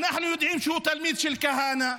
אנחנו יודעים שהוא תלמיד של כהנא,